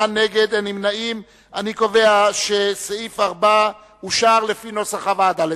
אני עובר להצבעה על סעיף 4 לפי נוסח הוועדה.